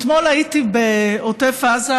אתמול הייתי בעוטף עזה,